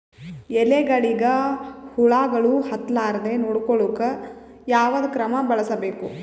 ಎಲೆಗಳಿಗ ಹುಳಾಗಳು ಹತಲಾರದೆ ನೊಡಕೊಳುಕ ಯಾವದ ಕ್ರಮ ಬಳಸಬೇಕು?